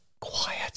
quiet